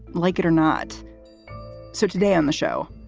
like it or not so today on the show,